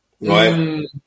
Right